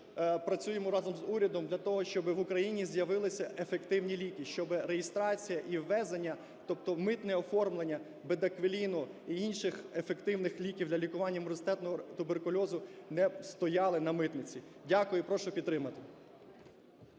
працюємо разом з урядом для того, щоби в Україні з'явилися ефективні ліки, щоби реєстрація і ввезення, тобто митне оформлення бедаквіліну і інших ефективних ліків для лікування мультирезистентного туберкульозу, не стояли на митниці. Дякую. І прошу підтримати.